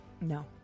No